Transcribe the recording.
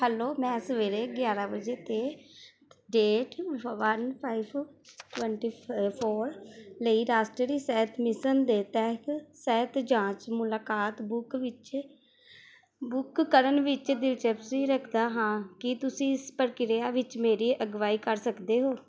hello ਮੈਂ ਸਵੇਰੇ ਗਿਆਰਾਂ ਵਜੇ 'ਤੇ date one five twenty four ਲਈ ਰਾਸ਼ਟਰੀ ਸਿਹਤ ਮਿਸ਼ਨ ਦੇ ਤਹਿਤ ਸਿਹਤ ਜਾਂਚ ਮੁਲਾਕਾਤ ਬੁੱਕ ਵਿੱਚ ਬੁੱਕ ਕਰਨ ਵਿੱਚ ਦਿਲਚਸਪੀ ਰੱਖਦਾ ਹਾਂ ਕੀ ਤੁਸੀਂ ਇਸ ਪ੍ਰਕਿਰਿਆ ਵਿੱਚ ਮੇਰੀ ਅਗਵਾਈ ਕਰ ਸਕਦੇ ਹੋ